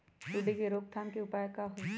सूंडी के रोक थाम के उपाय का होई?